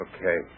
Okay